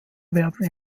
werden